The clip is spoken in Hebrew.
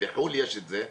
בחו"ל יש את זה,